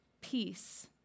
peace